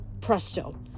presto